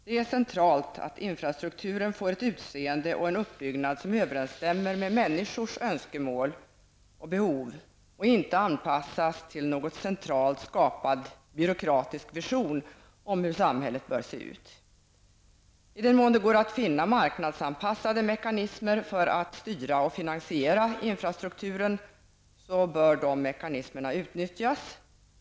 Det är ett väsentligt krav att infrastrukturen får ett utseende och en uppbyggnad som överensstämmer med människors önskemål och behov och inte anpassas till någon centralt skapad byråkratisk vision om hur samhället bör se ut. I den mån det går att finna marknadsanpassade mekanismer för att styra och finansiera infrastrukturen, bör dessa mekanismer utnyttjas.